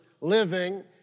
living